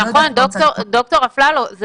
ד"ר אפללו, נכון.